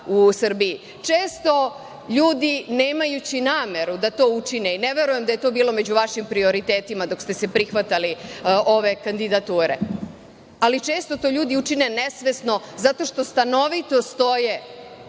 Često ljudi nemajući nameru da to učine, i ne verujem da je to bilo među vašim prioritetima dok ste se prihvatali ove kandidature, ali često to ljudi učine nesvesno zato što stanovito stoje